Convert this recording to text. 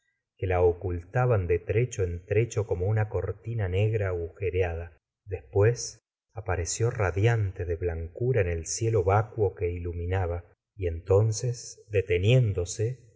que la ocultaban de trecho en trecho como una cortina negra agujereada después apareció radiante de blancura en el cielo vacuo que iluminaba y entonces deteniéndose